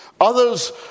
Others